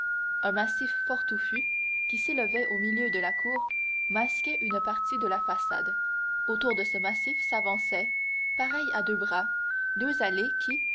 un massif fort touffu qui s'élevait au milieu de la cour masquait une partie de la façade autour de ce massif s'avançaient pareilles à deux bras deux allées qui